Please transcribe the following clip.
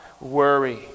worry